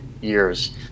years